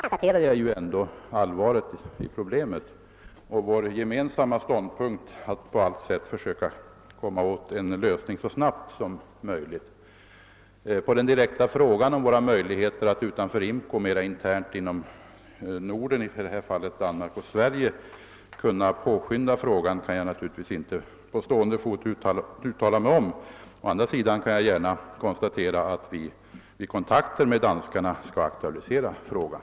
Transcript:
Herr talman! Svaret var måhända ganska allmänt hållet, men å andra sidan konstaterade jag allvaret i problemet och sade att vår gemensamma uppfattning är att vi på allt sätt bör försöka åstadkomma en lösning så snart som möjligt. På den direkta frågan om våra möjligheter att utanför IMCO mera internt i Norden — i detta fall mellan Danmark och Sverige — påskynda frågans lösning kan jag naturligtvis inte på stående fot lämna något svar. Å andra sidan kan jag säga att vi i kontakter med danskarna skall aktualisera frågan.